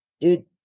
dude